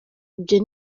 ibyo